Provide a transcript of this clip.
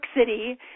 City